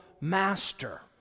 master